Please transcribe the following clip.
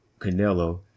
Canelo